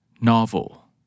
Novel